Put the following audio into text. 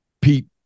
Pete